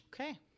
Okay